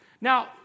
Now